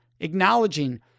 acknowledging